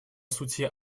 сути